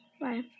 bye